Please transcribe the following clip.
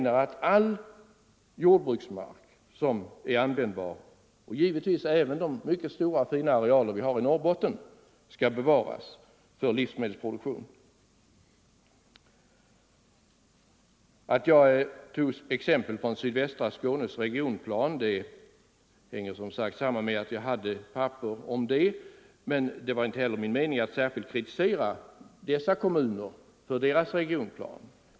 All jordbruksmark som är användbar — givetvis även de mycket stora och fina arealerna i Norrbotten — skall bevaras för livsmedelsproduktion. Jag tog visserligen exempel från sydvästra Skånes regionplan, men det hänger samman med att jag hade papper om den. Min mening var inte heller att kritisera just dessa kommuner för deras regionplan.